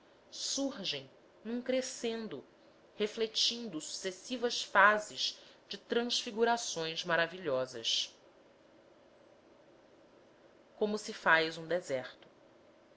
surgem num crescendo refletindo sucessivas fases de transfigurações maravilhosas como se faz um deserto